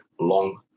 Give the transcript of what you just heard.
long